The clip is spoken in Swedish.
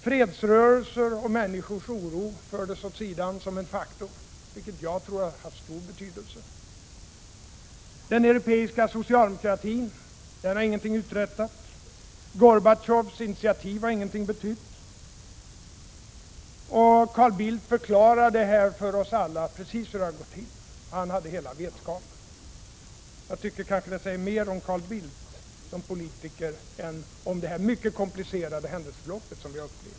Fredsrörelser och människors oro som en faktor fördes åt sidan, även om jag tror att dessa har stor betydelse. Den europeiska socialdemokratin har ingenting uträttat. Gorbatjovs initiativ har ingenting betytt. Carl Bildt förklarade för oss alla precis hur det har gått till — han hade hela vetskapen. Jag tycker det kanske säger mera om Carl Bildt som politiker än om det mycket komplicerade händelseförlopp som vi upplevt.